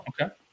Okay